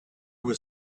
were